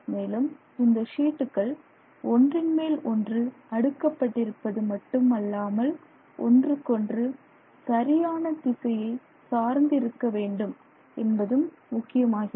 மேலும் இந்த ஷீட்டுகள் ஒன்றின்மேல் ஒன்று அடுக்கப்பட்டிருப்பது மட்டும் அல்லாமல் ஒன்றுக்கொன்று சரியான திசையை சார்ந்து இருக்க வேண்டும் என்பதும் முக்கியமாகிறது